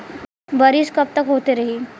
बरिस कबतक होते रही?